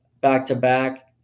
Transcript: back-to-back